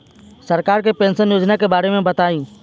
सरकार के पेंशन योजना के बारे में बताईं?